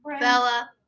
Bella